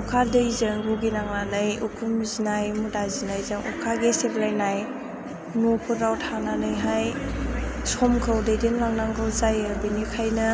अखा दैजों भुगि नांनानै उखुम जिनाय मुदा जिनायजों अखा गेसेरलायनाय न'फोराव थानानैहाय समखौ दैदेनलांनांगौ जायो बेनिखायनो